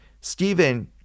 Stephen